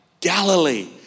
Galilee